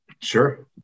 Sure